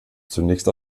zunächst